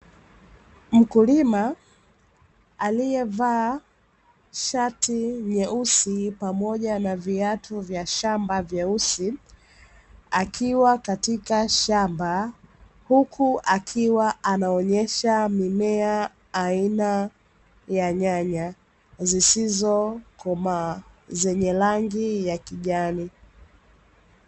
Mkulima aliyevaa shati nyeusi pamoja na viatu vya shamba vyeusi, akiwa katika shamba, huku akiwa anaonyesha mimea aina ya nyanya, zisizokomaa zenye rangi ya kijani.